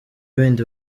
bindi